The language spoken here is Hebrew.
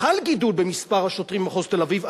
חל גידול במספר השוטרים במחוז תל-אביב,